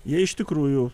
jie iš tikrųjų